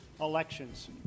elections